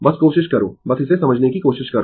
बस कोशिश करो बस इसे समझने की कोशिश करो